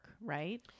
right